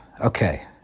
okay